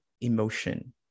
emotion